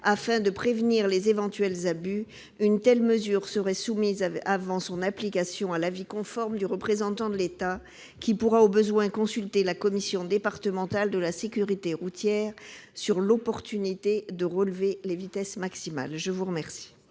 Afin de prévenir les éventuels abus, une telle mesure serait soumise avant son application à l'avis conforme du représentant de l'État, qui pourra au besoin consulter la commission départementale de la sécurité routière sur l'opportunité de relever les vitesses maximales. Quel